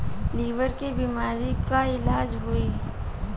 Liver के बीमारी के का इलाज होई?